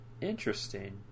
interesting